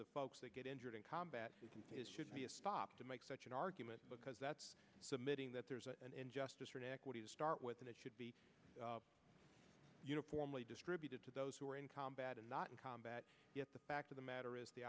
the folks that get injured in combat should be a stop to make such an argument because that's submitting that there's an injustice start with and it should be uniformly distributed to those who are in combat and not in combat yet the fact of the matter is the